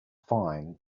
fine